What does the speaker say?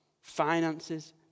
Finances